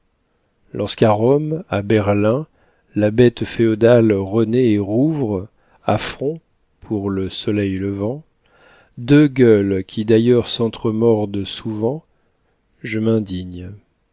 lorsqu'à rome à berlin la bête féodale renaît et rouvre affront pour le soleil levant deux gueules qui d'ailleurs